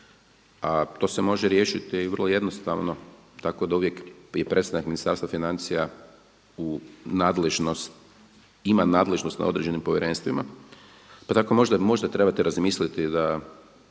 a to se može riješiti vrlo jednostavno, tako da uvijek je predstavnik Ministarstva financija ima nadležnost nad određenim povjerenstvima. Pa tako možda trebate razmisliti da